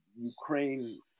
ukraine